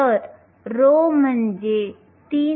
तर ρ म्हणजे 3